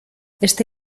este